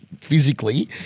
physically